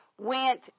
went